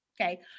okay